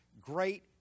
great